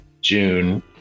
June